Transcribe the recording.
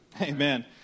Amen